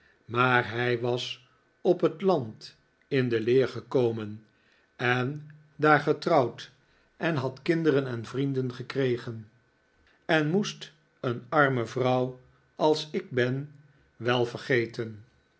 maar hij was op het land in de leer gekomen en daar getrouwd en had kinderen en vrienden gekregen en moest een arme vrouw als ik ben wel vergeten